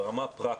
ברמה הפרקטית,